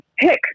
pick